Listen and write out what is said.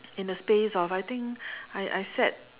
in the space off I think I I sat